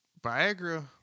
Viagra